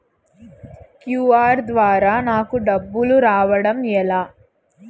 QR ద్వారా నాకు డబ్బులు రావడం ఎలా?